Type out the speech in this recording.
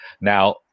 Now